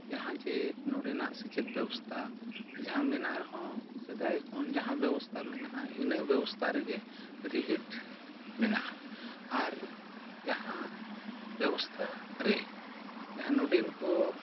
ᱡᱟᱦᱟᱸ ᱡᱮ ᱱᱚᱸᱰᱮᱱᱟᱜ ᱥᱮᱪᱮᱫ ᱵᱮᱵᱚᱥᱛᱷᱟ ᱡᱟᱦᱟᱸ ᱢᱮᱱᱟᱜ ᱨᱮᱦᱚᱸ ᱥᱮᱫᱟᱭ ᱠᱷᱚᱱ ᱡᱟᱦᱟᱸ ᱵᱮᱵᱚᱥᱛᱷᱟ ᱢᱮᱱᱟᱜᱼᱟ ᱤᱱᱟᱹ ᱵᱮᱵᱚᱥᱛᱷᱟ ᱨᱮᱜᱮ ᱨᱤᱦᱤᱴ ᱢᱮᱱᱟᱜᱼᱟ ᱟᱨ ᱡᱟᱦᱟᱸ ᱵᱮᱵᱚᱥᱛᱷᱟ ᱨᱮ ᱡᱟᱦᱟᱸ ᱱᱚᱸᱰᱮᱱ ᱠᱚ